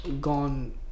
gone